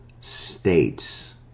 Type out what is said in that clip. states